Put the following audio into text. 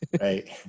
Right